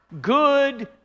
good